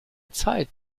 zeit